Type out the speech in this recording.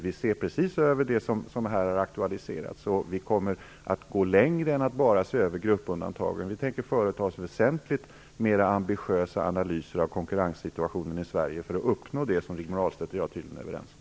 Vi ser just över det som här har aktualiserats. Vi kommer att gå längre än att bara se över gruppundantagen. Vi tänker företa väsentligt mer ambitiösa analyser av konkurrenssituationen i Sverige, för att uppnå det som Rigmor Ahlstedt och jag tydligen är överens om.